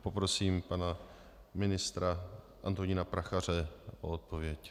Poprosím pana ministra Antonína Prachaře o odpověď.